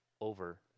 over